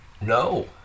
No